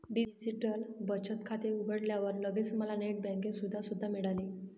digital बचत खाते उघडल्यावर लगेच मला नेट बँकिंग सुविधा सुद्धा मिळाली